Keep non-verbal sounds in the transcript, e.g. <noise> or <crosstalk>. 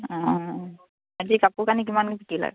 আজি কাপোৰ কানি কিমান কি <unintelligible>